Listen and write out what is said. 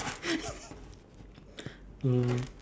um